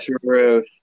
True